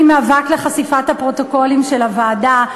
מאבק לחשיפת הפרוטוקולים של הוועדה.